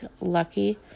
Lucky